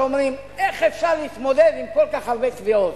אומרים: איך אפשר להתמודד עם כל כך הרבה תביעות?